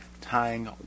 tying